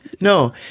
no